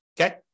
okay